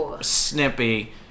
snippy